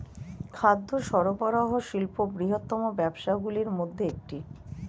খাদ্য সরবরাহ শিল্প বৃহত্তম ব্যবসাগুলির মধ্যে একটি